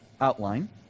outline